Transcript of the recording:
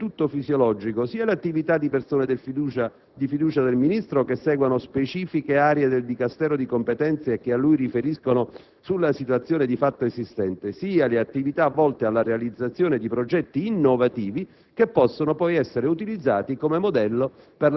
In un simile quadro, rientra quindi in modo del tutto fisiologico sia l'attività di persone di fiducia del Ministro, che seguono specifiche aree del Dicastero di competenza e che a lui riferiscono sulla situazione di fatto esistente, sia le attività volte alla realizzazione di progetti innovativi,